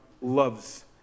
loves